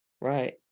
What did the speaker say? Right